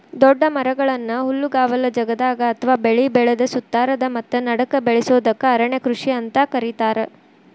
ದೊಡ್ಡ ಮರಗಳನ್ನ ಹುಲ್ಲುಗಾವಲ ಜಗದಾಗ ಅತ್ವಾ ಬೆಳಿ ಬೆಳದ ಸುತ್ತಾರದ ಮತ್ತ ನಡಕ್ಕ ಬೆಳಸೋದಕ್ಕ ಅರಣ್ಯ ಕೃಷಿ ಅಂತ ಕರೇತಾರ